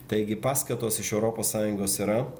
taigi paskatos iš europos sąjungos yra